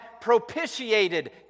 propitiated